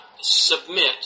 submit